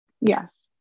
Yes